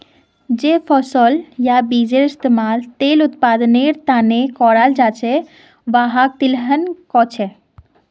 जे फसल या बीजेर इस्तमाल तेल उत्पादनेर त न कराल जा छेक वहाक तिलहन कह छेक